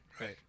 right